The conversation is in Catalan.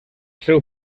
seu